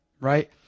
right